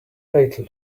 fatal